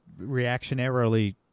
reactionarily